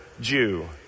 Jew